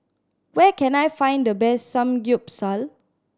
where can I find the best Samgyeopsal